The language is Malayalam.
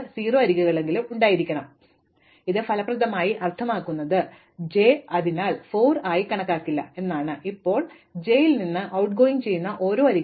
അതിനാൽ ഇത് ഫലപ്രദമായി അർത്ഥമാക്കുന്നത് j അതിനാൽ 4 ആയി കണക്കാക്കില്ല എന്നാണ് ഇപ്പോൾ j ൽ നിന്ന് going ട്ട്ഗോയിംഗ് ചെയ്യുന്ന ഓരോ അരികിലും